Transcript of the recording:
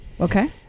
okay